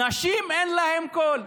נשים, אין להן קול,